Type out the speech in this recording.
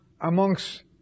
amongst